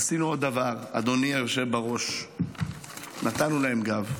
עשינו עוד דבר, אדוני היושב בראש, נתנו להם גב.